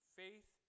faith